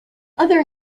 other